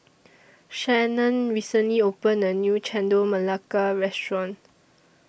Shannan recently opened A New Chendol Melaka Restaurant